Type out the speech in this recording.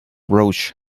roche